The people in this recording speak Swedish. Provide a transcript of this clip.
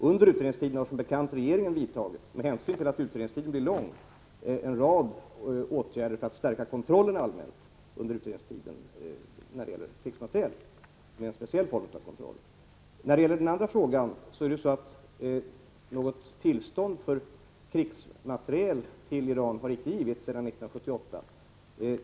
Under utredningstiden har som bekant regeringen — med hänsyn till att utredningstiden blir lång — vidtagit en rad åtgärder för att allmänt stärka kontrollen när det gäller krigsmateriel. Det är en speciell form av kontroll. När det gäller den andra frågan är det så att något tillstånd för utförsel av krigsmateriel till Iran inte har givits sedan 1978.